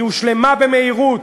היא הושלמה במהירות,